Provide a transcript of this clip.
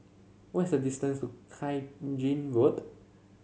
what is the distance to Tai Gin Road